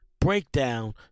breakdown